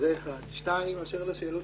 באשר לשאלות.